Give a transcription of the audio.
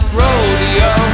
rodeo